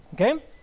okay